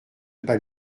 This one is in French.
pas